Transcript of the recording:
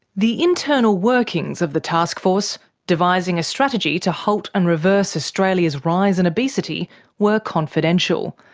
the internal workings of the taskforce devising a strategy to halt and reverse australia's rise in obesity were confidential.